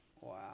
wow